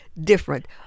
different